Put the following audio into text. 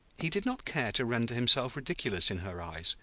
he did not care to render himself ridiculous in her eyes,